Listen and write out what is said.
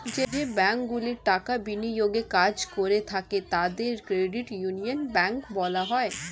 যে ব্যাঙ্কগুলি টাকা বিনিয়োগের কাজ করে থাকে তাদের ক্রেডিট ইউনিয়ন ব্যাঙ্ক বলা হয়